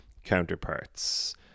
Counterparts